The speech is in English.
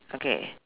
okay